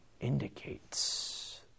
indicates